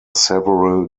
several